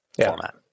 format